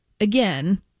again